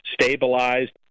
stabilized